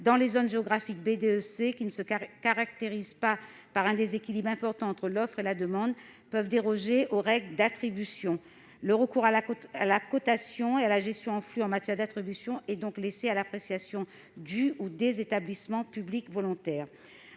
dans les zones géographiques B2 et C, qui ne se caractérisent pas par un déséquilibre important entre l'offre et la demande, puissent déroger aux règles d'attribution. Le recours à la cotation et à la gestion en flux en matière d'attribution serait donc laissé à l'appréciation du ou des établissements publics volontaires.